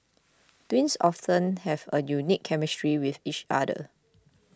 twins often have a unique chemistry with each other